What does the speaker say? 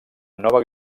nova